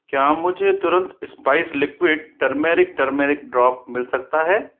क्या मुझे तुरंत spice liquid turmeric turmeric drop मिल सकता है